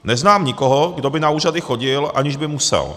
Neznám nikoho, kdo by na úřady chodil, aniž by musel.